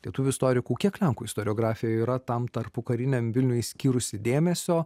lietuvių istorikų kiek lenkų istoriografija yra tam tarpukariniam vilniui skyrusi dėmesio